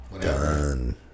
Done